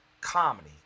comedy